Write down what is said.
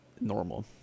normal